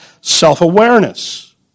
self-awareness